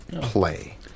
play